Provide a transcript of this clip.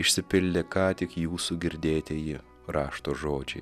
išsipildė ką tik jūsų girdėtieji rašto žodžiai